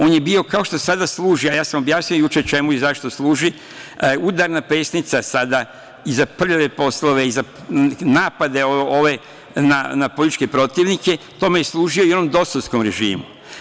On je bio, kao što sada služe, a ja sam objasnio juče čemu i zašto služi, udarna pesnica sada i za prljave poslove i za napade ove na političke protivnike, tome je služio i onom DOS-ovskom režimu.